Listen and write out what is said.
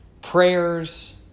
prayers